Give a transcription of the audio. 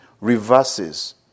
reverses